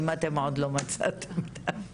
אם אתם לא מצאתם עדיין.